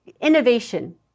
innovation